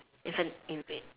infini~ infin~